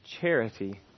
Charity